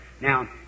Now